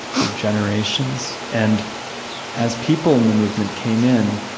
through generations. and as people in the movement came in,